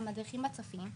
המדריכים בצופים,